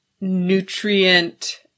nutrient